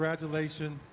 congratulations.